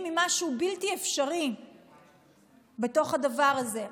עם משהו בלתי אפשרי בתוך הדבר הזה,